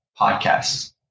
podcasts